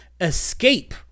escape